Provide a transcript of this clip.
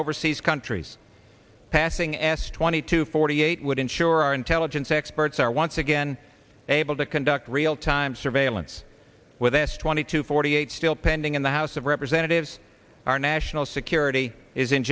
overseas countries passing asked twenty to forty eight would ensure our intelligence experts are once again able to conduct realtime surveillance with us twenty two forty eight still pending in the house of representatives our national security is in